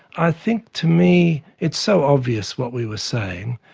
i think to me it's so obvious what we were saying,